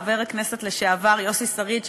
חבר הכנסת לשעבר יוסי שריד,